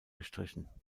gestrichen